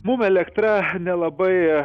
mum elektra nelabai